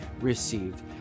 received